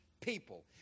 people